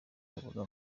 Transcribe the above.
babura